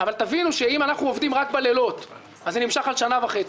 אבל תבינו שאם אנחנו עובדים רק בלילות זה יימשך שנה וחצי.